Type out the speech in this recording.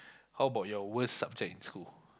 how about your worst subject in school